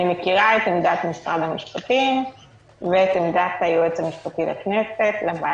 אני מכירה את עמדת משרד המשפטים ואת עמדת היועץ המשפטי לוועדה,